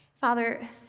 Father